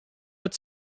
but